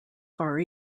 far